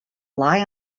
lie